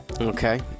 Okay